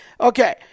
Okay